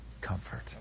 comfort